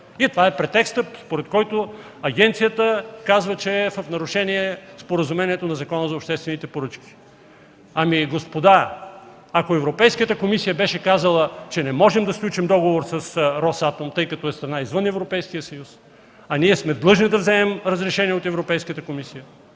И това е претекстът, според който агенцията казва, че споразумението е в нарушение на Закона за обществените поръчки. Ами, господа, ако Европейската комисия беше казала, че не можем да сключим договор с „Росатом”, тъй като е страна извън Европейския съюз? А ние сме длъжни да вземем разрешение от Европейската комисия,